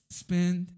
spend